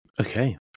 Okay